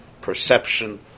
perception